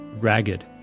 Ragged